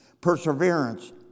Perseverance